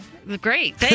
Great